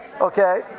Okay